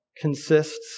consists